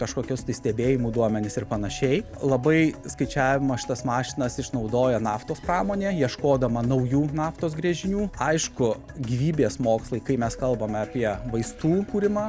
kažkokius tai stebėjimų duomenis ir panašiai labai skaičiavimo šitas mašinas išnaudoja naftos pramonė ieškodama naujų naftos gręžinių aišku gyvybės mokslai kai mes kalbame apie vaistų kūrimą